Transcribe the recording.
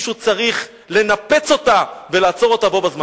מישהו צריך לנפץ אותה ולעצור אותה בו בזמן.